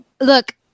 Look